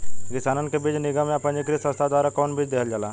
किसानन के बीज निगम या पंजीकृत संस्था द्वारा कवन बीज देहल जाला?